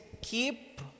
keep